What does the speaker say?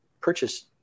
purchase